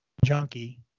junkie